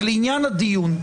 ולעניין הדיון,